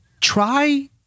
Try